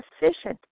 efficient